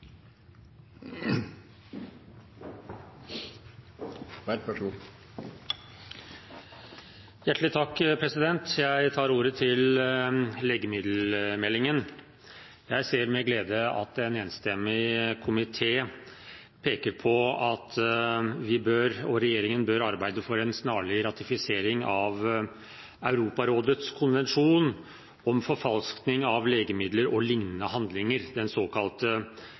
Jeg tar ordet til legemiddelmeldingen. Jeg ser med glede at en enstemmig komité peker på at regjeringen bør arbeide for en snarlig ratifisering av Europarådets konvensjon om forfalskning av legemidler og liknende handlinger, den såkalte